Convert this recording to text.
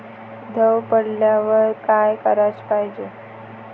दव पडल्यावर का कराच पायजे?